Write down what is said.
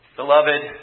Beloved